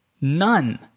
None